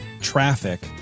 traffic